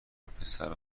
وپسرو